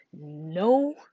no